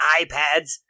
iPads